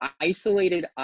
isolated